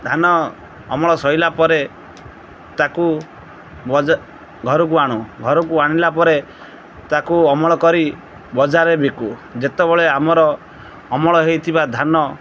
ଧାନ ଅମଳ ସରିଲା ପରେ ତା'କୁ ବଜା ଘରକୁ ଆଣୁ ଘରକୁ ଆଣିଲା ପରେ ତା'କୁ ଅମଳ କରି ବଜାରରେ ବିକୁ ଯେତେବେଳେ ଆମର ଅମଳ ହେଇଥିବା ଧାନ